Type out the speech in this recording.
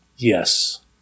Yes